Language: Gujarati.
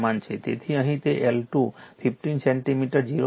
તેથી અહીં તે L2 15 સેન્ટિમીટર 0